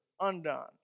undone